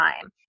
time